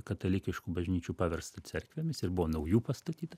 katalikiškų bažnyčių paversta cerkvėmis ir buvo naujų pastatyta